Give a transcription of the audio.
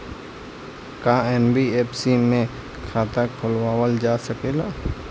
का एन.बी.एफ.सी में खाता खोलवाईल जा सकेला?